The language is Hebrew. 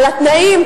על התנאים,